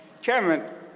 Chairman